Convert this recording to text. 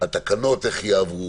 איך התקנות יעברו,